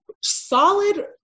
solid